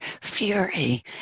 fury